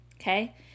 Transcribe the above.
Okay